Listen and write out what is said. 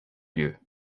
lieu